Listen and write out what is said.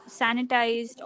sanitized